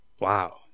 wow